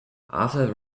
after